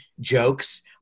jokes